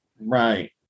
Right